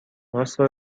واستا